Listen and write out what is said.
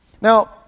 Now